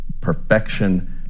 perfection